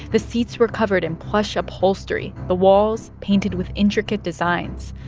the seats were covered in plush upholstery. the walls, painted with intricate designs.